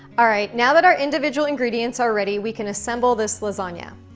all right, now that our individual ingredients are ready, we can assemble this lasagna.